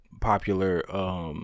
popular